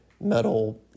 metal